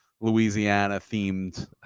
Louisiana-themed